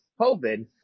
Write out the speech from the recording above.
COVID